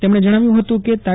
તેમણે જણાવ્યું હતું કે તા